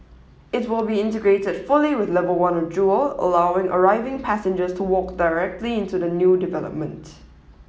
it will be integrated fully with level one of Jewel allowing arriving passengers to walk directly into the new development